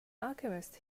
alchemist